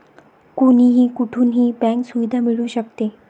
कोणीही कुठूनही बँक सुविधा मिळू शकते